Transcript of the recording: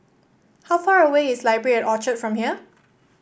how far away is Library at Orchard from here